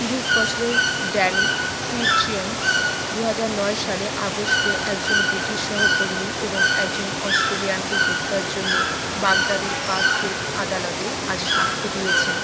তিরিশ বছরের Danny Fitzsimons দু হাজার নয় সালে আগস্টে একজন ব্রিটিশ সহকর্মী এবং একজন অস্টেলিয়ানকে হত্যার জন্য বাগদাদের কার্খের আদালতে আজ সাক্ষ্য দিয়েছেন